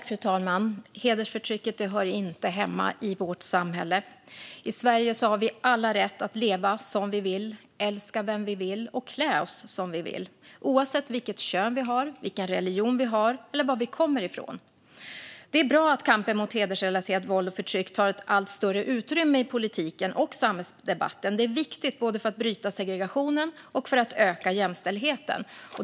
Fru talman! Hedersförtrycket hör inte hemma i vårt samhälle. I Sverige har vi alla rätt att leva som vi vill, älska vem vi vill och klä oss som vi vill - oavsett vilket kön vi har, vilken religion vi har eller var vi kommer ifrån. Det är bra att kampen mot hedersrelaterat våld och förtryck tar allt större utrymme i politiken och samhällsdebatten. Det är viktigt, både för att bryta segregationen och för att öka jämställdheten.